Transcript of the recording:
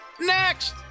Next